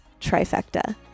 trifecta